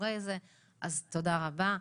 מאחורי זה, אז תודה רבה.